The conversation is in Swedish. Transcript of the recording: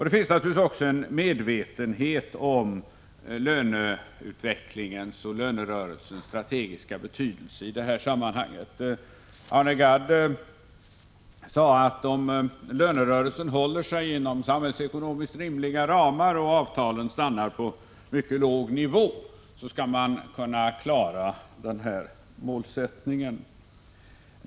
Det finns naturligtvis också en medvetenhet om löneutvecklingens och lönerörelsens strategiska betydelse i detta sammanhang. Arne Gadd sade att om lönerörelsen håller sig inom samhällsekonomiskt rimliga ramar och avtalen stannar på mycket låg nivå, så skall man kunna klara målsättningen i fråga om konkurrenskraften.